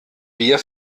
wir